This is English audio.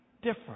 different